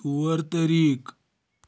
طور طٔریقہٕ